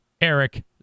Eric